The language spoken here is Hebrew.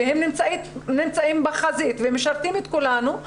הן נמצאות בחזית ומשרתות את כולנו,